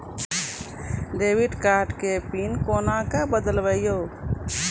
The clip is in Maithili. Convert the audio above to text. डेबिट कार्ड के पिन कोना के बदलबै यो?